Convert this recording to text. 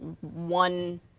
one